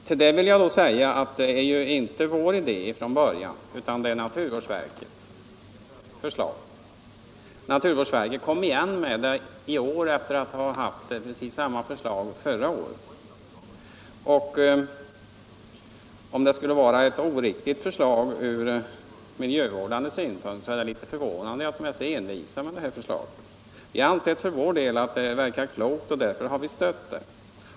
Till detta vill jag säga att det inte är vår idé från början, utan det är naturvårdsverkets förslag. Naturvårdsverket kom igen med förslaget i år efter att ha begärt precis detsamma förra året. Om det skulle vara ett oriktigt förslag från miljövårdssynpunkt är det förvånande att naturvårdsverket är så envist med det. Vi har för vår del ansett det klokt; därför har vi stött det.